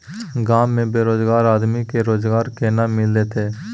गांव में बेरोजगार आदमी के रोजगार केना मिलते?